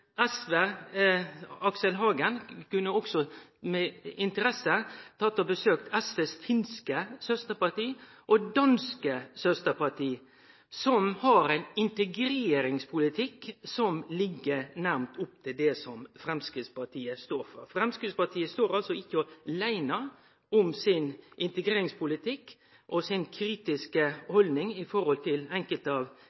SV og Aksel Hagen med interesse også kunne besøkt SVs finske og danske søsterparti, som har ein integreringspolitikk som ligg nært opp til det som Framstegspartiet står for. Framstegspartiet står altså ikkje åleine om sin integreringspolitikk og si kritiske